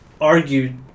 argued